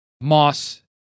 moss